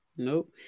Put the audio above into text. Nope